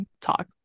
talk